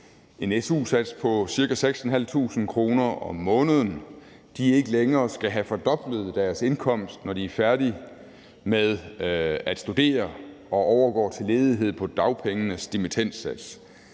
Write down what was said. en su-sats på cirka 6.500 kr. om måneden, ikke længere skal have fordoblet deres indkomst, når de er færdige med at studere og overgår til ledighed på dagpengenes dimittendsats.